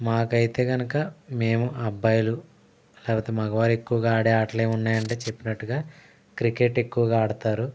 మాకు అయితే కనుక మేము అబ్బాయిలు లేకపోతే మగవారు ఎక్కువగా ఆడే ఆటలు ఏమున్నాయి అంటే చెప్పినట్టుగా క్రికెట్ ఎక్కువగా ఆడతారు